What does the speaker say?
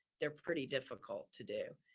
they're pretty difficult to do.